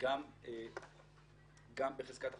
גם בחזקת החפות,